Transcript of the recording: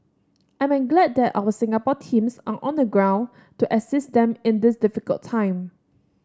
I am glad that our Singapore teams are on the ground to assist them in this difficult time